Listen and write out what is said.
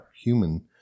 human